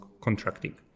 contracting